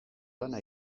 lana